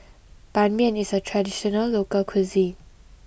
Ban Mian is a traditional local cuisine